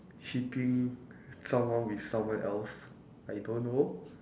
shipping someone with someone else I don't know